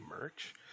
merch